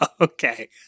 Okay